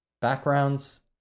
Backgrounds